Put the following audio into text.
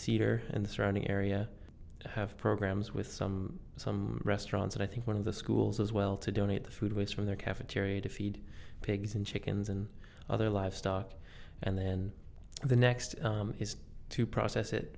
cedar and the surrounding area have programs with some some restaurants and i think one of the schools as well to donate the food was from their cafeteria to feed pigs and chickens and other livestock and then the next is to process it